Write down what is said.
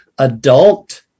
adult